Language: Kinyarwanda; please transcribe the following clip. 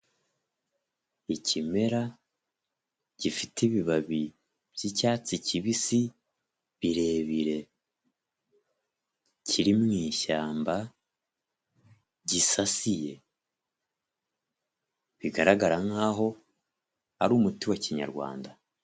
Ikimera gifite ibibabi by'icyatsi kibisi birebire, kiri mu ishyamba, gisasiye, bigaragara nkaho ari umuti wa kinyarwanda.